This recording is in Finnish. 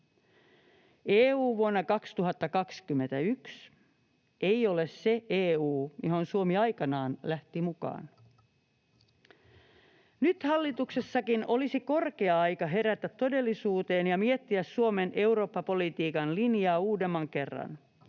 EU vuonna 2021 ei ole se EU, johon Suomi aikanaan lähti mukaan. Nyt hallituksessakin olisi korkea aika herätä todellisuuteen ja miettiä Suomen eurooppapolitiikan linjaa uudemman kerran.